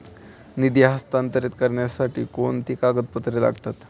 निधी हस्तांतरित करण्यासाठी कोणती कागदपत्रे लागतात?